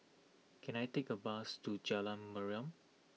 can I take a bus to Jalan Mariam